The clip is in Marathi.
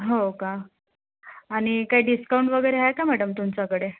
हो का आणि काही डिस्काउंट वगैरे आहे का मॅडम तुमच्याकडे